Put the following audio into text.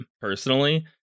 personally